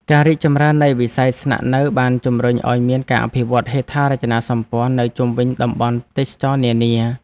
ការរីកចម្រើននៃវិស័យស្នាក់នៅបានជំរុញឱ្យមានការអភិវឌ្ឍហេដ្ឋារចនាសម្ព័ន្ធនៅជុំវិញតំបន់ទេសចរណ៍នានា។